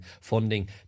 funding